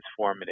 transformative